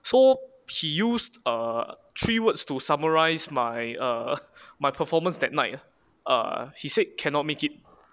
so he used a three words to summarize my err my performance that night err he said cannot make it